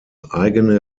eigene